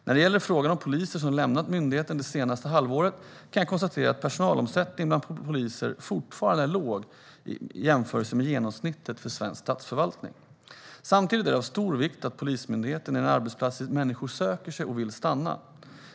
När det gäller frågan om poliser som lämnat myndigheten under det senaste halvåret kan jag konstatera att personalomsättningen bland poliser fortfarande är låg i jämförelse med genomsnittet för svensk statsförvaltning. Samtidigt är det av stor vikt att Polismyndigheten är en arbetsplats dit människor söker sig och vill stanna.